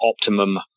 optimum